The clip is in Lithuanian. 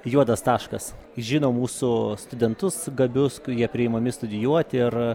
juodas taškas žino mūsų studentus gabius kurie priimami studijuoti ir